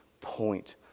point